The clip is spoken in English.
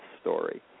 story